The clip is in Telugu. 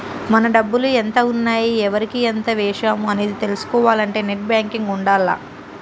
మన డబ్బులు ఎంత ఉన్నాయి ఎవరికి ఎంత వేశాము అనేది తెలుసుకోవాలంటే నెట్ బ్యేంకింగ్ ఉండాల్ల